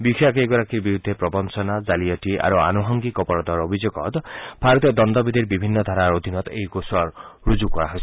বিষয়া কেইগৰাকীৰ বিৰুদ্ধে প্ৰৱঞ্চনা জালিয়াতি আৰু আনুসাংগিক অপৰাধৰ অভিযোগত ভাৰতীয় দণ্ডবিধিৰ বিভিন্ন ধাৰাৰ অধীনত এই গোচৰ ৰুজু কৰা হৈছে